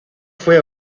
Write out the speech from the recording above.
fue